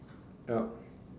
yep